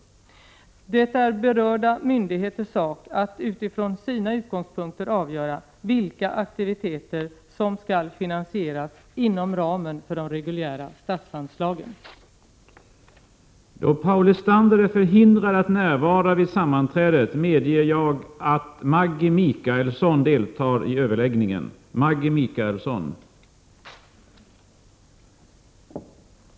Det är berörda myndigheters sak att utifrån sina utgångspunkter avgöra vilka aktiviteter som skall finansieras inom ramen för de reguljära statsanslagen.